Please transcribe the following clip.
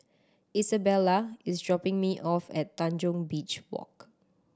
Isabella is dropping me off at Tanjong Beach Walk